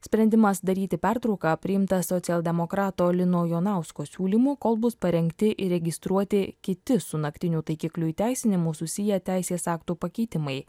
sprendimas daryti pertrauką priimtas socialdemokrato lino jonausko siūlymu kol bus parengti įregistruoti kiti su naktinių taikiklių įteisinimo susiję teisės aktų pakeitimai